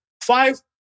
five